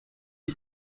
die